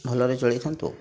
ଭଲରେ ଚଳିଥାନ୍ତୁ ଆଉ